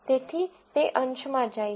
તેથી તે અંશમાં જાય છે